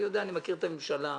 אני יודע, אני מכיר את הממשלה.